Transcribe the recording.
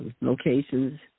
locations